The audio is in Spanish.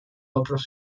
otros